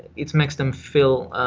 it makes them feel